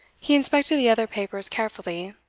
he inspected the other papers carefully,